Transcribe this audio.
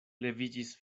leviĝis